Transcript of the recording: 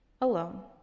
alone